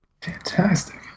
Fantastic